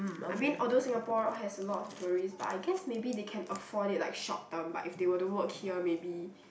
I mean although Singapore has a lot of tourists but I guess maybe they can afford it like short term but if they were to work here maybe